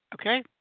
Okay